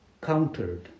countered